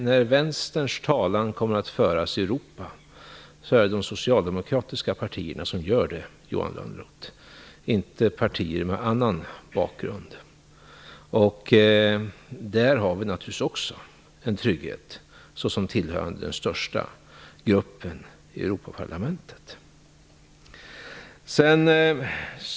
När vänsterns talan kommer att föras i Europa är det de socialdemokratiska partierna som kommer att göra det, Johan Lönnroth, inte partier med annan bakgrund. Där har vi socialdemokrater naturligtvis också en trygghet såsom tillhörande den största gruppen i Europaparlamentet.